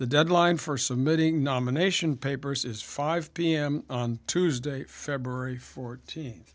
the deadline for submitting nomination papers is five pm on tuesday february fourteen